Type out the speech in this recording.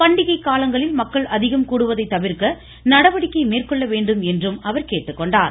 பண்டிகை காலங்களில் மக்கள் அதிகம் கூடுவதை தவிர்க்க நடவடிக்கை மேற்கொள்ள வேண்டும் என்றும் அவர் கூறினார்